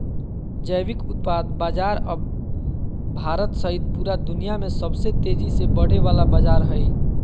जैविक उत्पाद बाजार अब भारत सहित पूरा दुनिया में सबसे तेजी से बढ़े वला बाजार हइ